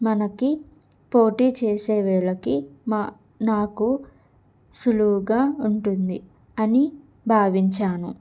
మనకి పోటీ చేసేవేళకి మా నాకు సులువుగా ఉంటుంది అని భావించాను